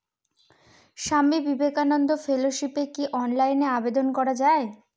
স্বামী বিবেকানন্দ ফেলোশিপে কি অনলাইনে আবেদন করা য়ায়?